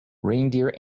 reindeer